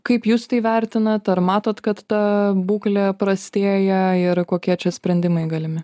kaip jūs tai vertinat ar matoe kad ta būklė prastėja ir kokie čia sprendimai galimi